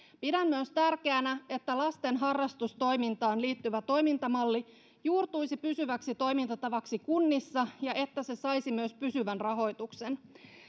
pidän myös tärkeänä että lasten harrastustoimintaan liittyvä toimintamalli juurtuisi pysyväksi toimintatavaksi kunnissa ja että se saisi myös pysyvän rahoituksen